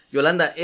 Yolanda